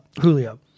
Julio